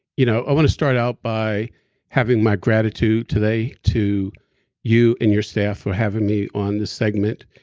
you know i want to start out by having my gratitude today to you and your staff for having me on this segment.